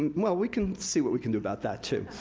and well, we can see what we can do about that, too.